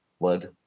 blood